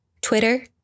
Twitter